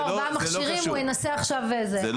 הוא נתת לו ארבעה מכשירים, הוא ינסה עכשיו, זה.